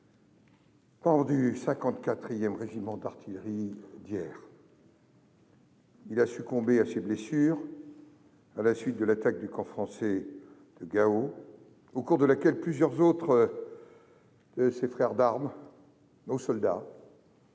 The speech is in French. du 54 régiment d'artillerie d'Hyères. Alexandre Martin a succombé à ses blessures à la suite de l'attaque du camp français de Gao, au cours de laquelle plusieurs autres de ses frères d'armes, nos soldats,